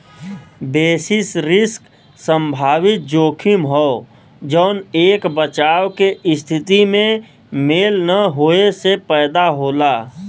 basis risk संभावित जोखिम हौ जौन एक बचाव के स्थिति में मेल न होये से पैदा होला